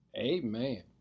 Amen